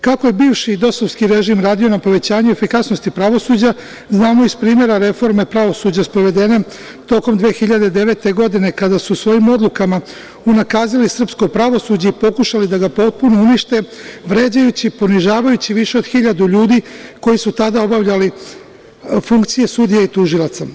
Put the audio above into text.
Kako je bivši DOS-ovski režim radio na povećanju efikasnosti pravosuđa znamo iz primera reforme pravosuđa sprovedene tokom 2009. godine, kada su svojim odlukama unakazili srpsko pravosuđe i pokušali da ga potpuno unište, vređajući, ponižavajući, više od 1000 ljudi, koji su tada obavljali funkcije sudija i tužilaca.